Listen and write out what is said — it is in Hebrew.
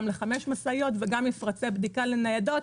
ל-5 משאיות וגם מפרצי בדיקה לניידות